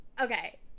okay